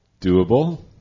Doable